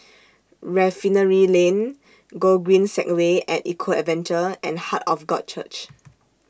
Refinery Lane Gogreen Segway At Eco Adventure and Heart of God Church